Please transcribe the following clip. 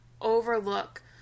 overlook